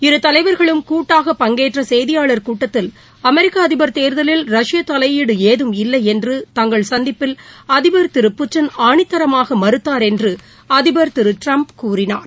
இரு தலைவர்களும் கூட்டாக பங்கேற்றசெய்தியாளர் கூட்டத்தில் அமெரிக்கஅதிபர் தேர்தலில் ரஷ்ய தலையீடுஏதும் இல்லைஎன்றுதங்கள் சந்திப்பில் அதிபா் திரு புட்டின் ஆணித்தரமாகமறுத்தாா் என்றுஅதிபா் திருடிரம்ப் கூறினார்